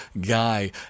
guy